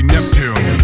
Neptune